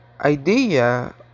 idea